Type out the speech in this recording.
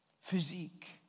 physique